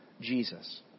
Jesus